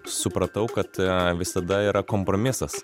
supratau kad visada yra kompromisas